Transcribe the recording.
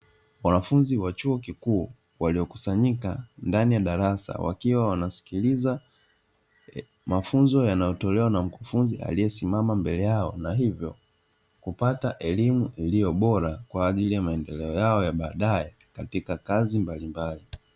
Wanafunzi wa chuo kikuu waliokusanyika ndani ya darasa, wakiwa wanasikiliza mafunzo yanayotolewa na mkufunzi aliyesimama mbele yao, na hivyo kupata elimu iliyo bora, kwa ajili ya maendeleo yao ya baadaye katika kazi mbalimbali.